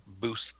boost